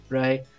right